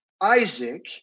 Isaac